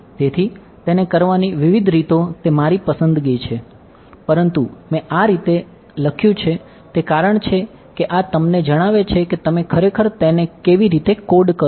તેથી તેને કરવાની વિવિધ રીતો તે મારી પસંદગી છે પરંતુ મેં આ રીતે આ લખ્યું છે તે કારણ છે કે આ તમને જણાવે છે કે તમે ખરેખર તેને કેવી રીતે કોડ કરો છો